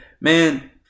Man